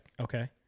Okay